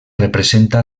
representa